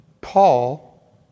Paul